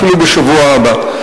אפילו בשבוע הבא.